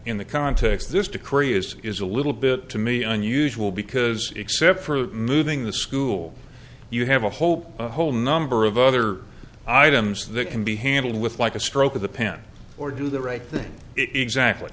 in the context this decree is is a little bit too maybe unusual because except for moving the school you have a whole whole number of other items that can be handled with like a stroke of the pen or do the right thing exactly